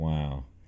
Wow